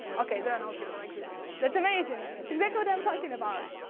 okay, there are no people like this. that's amazing, it's exactly what i'm talking about.